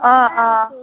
অঁ অঁ